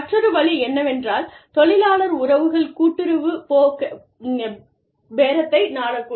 மற்றொரு வழி என்னவென்றால் தொழிலாளர் உறவுகள் கூட்டுறவு பேரத்தை நாடக்கூடும்